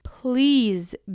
Please